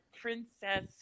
princess